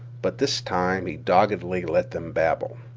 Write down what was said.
but this time he doggedly let them babble.